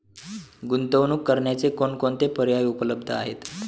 गुंतवणूक करण्याचे कोणकोणते पर्याय उपलब्ध आहेत?